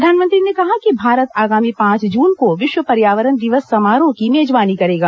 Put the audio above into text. प्रधानमंत्री ने कहा कि भारत आगामी पांच जन को विश्व पर्यावरण दिवस समारोह की मेजबानी करेगा